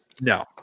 no